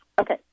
Okay